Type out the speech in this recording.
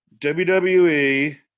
WWE